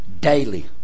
daily